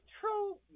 true